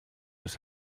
oes